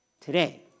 today